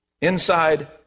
inside